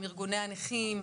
עם ארגוני הנכים,